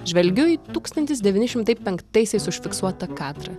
žvelgiu į tūkstantis devyni šimtai penktaisiais užfiksuotą kadrą